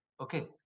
okay